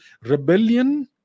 rebellion